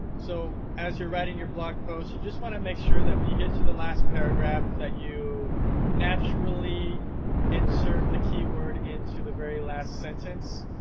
so as you're writing your blog post, you just want to make sure that when you get to the last paragraph that you naturally insert the keyword into the very last sentence.